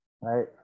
right